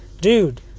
dude